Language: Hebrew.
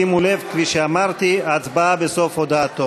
שימו לב, כפי שאמרתי, הצבעה בסוף הודעתו.